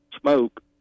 Smoke